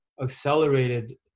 accelerated